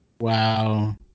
Wow